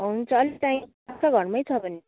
हुन्छ अलिक टाइम लाग्छ घरमै छ